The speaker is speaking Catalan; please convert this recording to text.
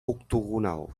octogonal